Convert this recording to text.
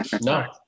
No